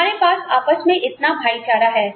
हमारे पास आपस में इतना भाईचारा है